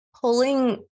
pulling